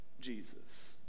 Jesus